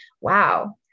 wow